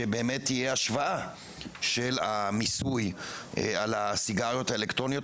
שבאמת תהיה השוואה של המיסוי על הסיגריות האלקטרוניות,